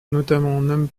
notamment